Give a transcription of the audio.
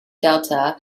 delta